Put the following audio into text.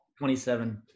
27